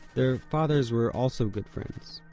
their fathers were also good friends.